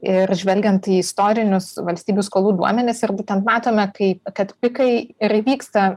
ir žvelgiant į istorinius valstybių skolų duomenis ir būtent matome kai kad pikai ir vyksta